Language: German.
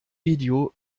video